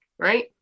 Right